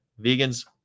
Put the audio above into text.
vegans